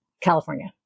california